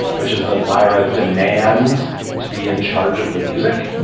which is the lyra demands to be in charge of the music,